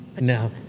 No